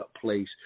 place